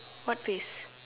what face